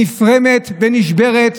נפרמת ונשברת,